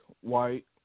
white